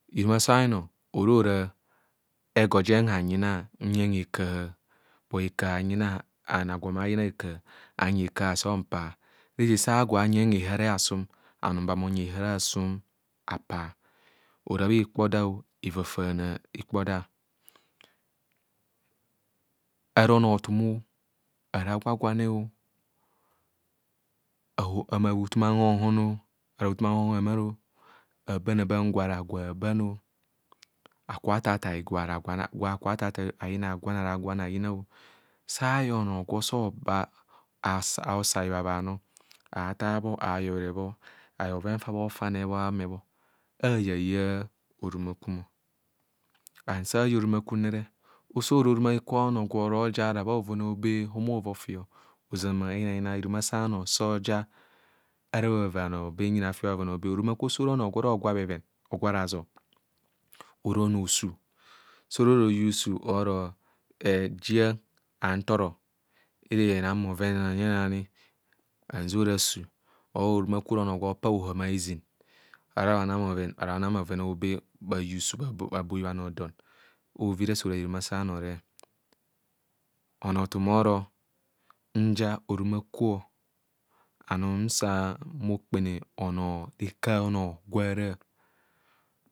Hirumasa a bhanoo ohora ora ego jem hanyina nyeng hekaha hekaha hanyina anyi hekaha aso mpa, roje sa agwo anyeng herare asum anum nmba bhonyi hehare abum apa. Ora bha ikpodaa faana ikpoda. Ara onoothum ọ, araa gwagwane amaa bhutum ahonhum o, ara bhutum ahonhon amarọ abạnạbạng gwa ara gwa habạạba akubho attaathai gwa ara gwa hakubho athaathai ọ, ayin gwan ara gwab hayina ọ, saayeng ono gwo osa aba osaibhabha nọ athaabho ayobhere bho ayeng bhoven fa bhofane bhaa ame bho, ayaya orumakum ọ. And sa aya orumakum re oso ora oruma kwe onoo gwo ora oja ora bha bhoven aobe homa ora ofi ọ oʒạmạ oyina ayina hirumasa bhanoo so oja ara bhava bhanoo benje bhafi bha bhoven aobe. Orumakwo so ora onoo gwe ohori ogwa bheven, ogwa raʒon ora onosub. So oro ora oyu sub oro jiana anthọrọ, era enang bhoven ani ara ani, hanʒeng ora sub or orumakwo ora onoo gwo opa hobama hezin, ara bhanang bhoven ara bhanang bhoven aobe, bha yusub or bhaboi bhanọọ dọn. Ovine sa ora hirumasee ọnọọ re. Bhanothum bhorọ nja orumakwo, anum nsa bhọkpene rekọ ọnọọ gwe ạrạạ.